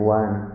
one